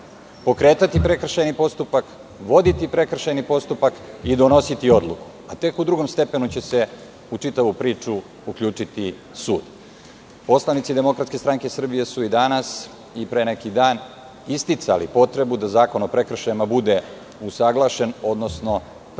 pokretati prekršajni postupak, voditi prekršajni postupak i donositi odluku, a tek u drugom stepenu će se u čitavu priču uključiti sud. Poslanici DSS su i danas i pre neki dan isticali potrebu da Zakon o prekršajima bude usaglašen, odnosno prati